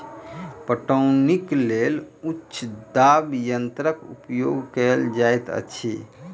पटौनीक लेल उच्च दाब यंत्रक उपयोग कयल जाइत अछि